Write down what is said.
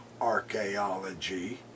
archaeology